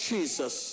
Jesus